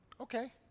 okay